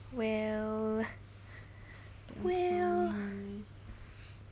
well well